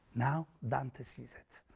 now dante sees it,